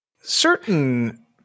certain